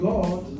God